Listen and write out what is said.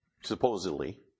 Supposedly